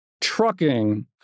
trucking